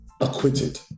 acquitted